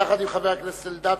יחד עם חבר הכנסת אלדד,